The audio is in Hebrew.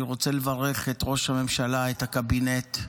אני רוצה לברך את ראש הממשלה, את הקבינט,